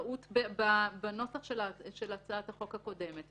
טעות בנוסח של הצעת החוק הקודמת,